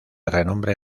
renombre